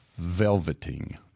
velveting